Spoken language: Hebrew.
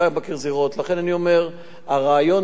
לכן אני אומר: הרעיון שאומר: